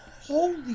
holy